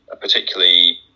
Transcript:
particularly